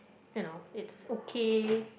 you know it's okay